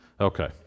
okay